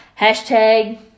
Hashtag